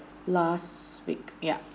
last week yup